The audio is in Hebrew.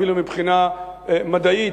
אפילו מבחינה מדעית,